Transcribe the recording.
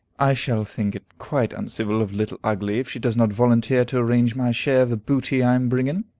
i shall think it quite uncivil of little ugly if she does not volunteer to arrange my share of the booty i am bringing,